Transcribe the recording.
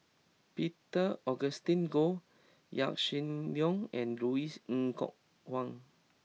Peter Augustine Goh Yaw Shin Leong and Louis Ng Kok Kwang